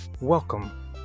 welcome